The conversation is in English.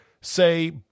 say